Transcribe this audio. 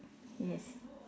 yes